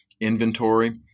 Inventory